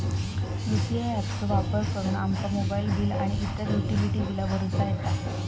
UPI app चो वापर करुन आमका मोबाईल बिल आणि इतर युटिलिटी बिला भरुचा येता